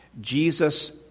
Jesus